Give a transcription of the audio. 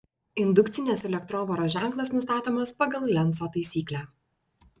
indukcinės elektrovaros ženklas nustatomas pagal lenco taisyklę